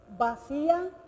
Vacía